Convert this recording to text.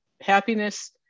Happiness